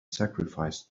sacrificed